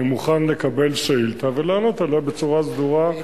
אני מוכן לקבל שאילתא ולענות עליה בצורה סדורה,